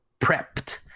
prepped